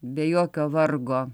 be jokio vargo